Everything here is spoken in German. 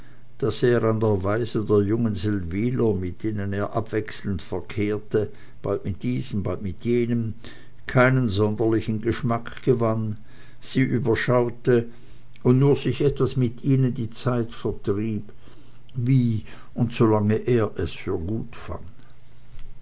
der weise der jungen seldwyler mit denen er abwechselnd verkehrte bald mit diesem bald mit jenem keinen sonderlichen geschmack gewann sie überschaute und nur sich etwas mit ihnen die zeit vertrieb wie und solange er es für gut fand